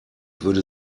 würde